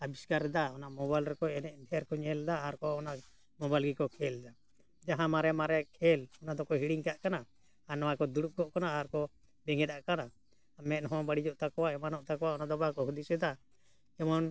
ᱟᱹᱵᱤᱥᱠᱟᱨᱮᱫᱟ ᱚᱱᱟ ᱢᱳᱵᱟᱭᱤᱞ ᱨᱮᱠᱚ ᱮᱱᱮᱡ ᱥᱮᱨᱮᱧ ᱠᱚ ᱧᱮᱞ ᱮᱫᱟ ᱟᱨ ᱠᱚ ᱚᱱᱟ ᱢᱳᱵᱟᱭᱤᱞ ᱜᱮᱠᱚ ᱠᱷᱮᱞᱫᱟ ᱡᱟᱦᱟᱸ ᱢᱟᱨᱮ ᱢᱟᱨᱮ ᱠᱷᱮᱞ ᱚᱱᱟ ᱫᱚᱠᱚ ᱦᱤᱲᱤᱧ ᱠᱟᱜ ᱠᱟᱱᱟ ᱟᱨ ᱱᱚᱣᱟ ᱠᱚ ᱫᱩᱲᱩᱵ ᱠᱚᱜ ᱠᱟᱱᱟ ᱟᱨ ᱠᱚ ᱵᱮᱸᱜᱮᱫ ᱟᱜ ᱠᱟᱱᱟ ᱢᱮᱫ ᱦᱚᱸ ᱵᱟᱹᱲᱤᱡᱚᱜ ᱛᱟᱠᱚᱣᱟ ᱮᱢᱟᱱᱚᱜ ᱛᱟᱠᱚᱣᱟ ᱚᱱᱟ ᱫᱚ ᱵᱟᱠᱚ ᱦᱩᱫᱤᱥ ᱮᱫᱟ ᱡᱮᱢᱚᱱ